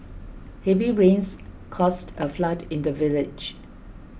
heavy rains caused a flood in the village